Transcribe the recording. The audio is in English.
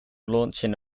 launching